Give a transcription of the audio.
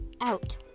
out